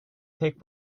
tek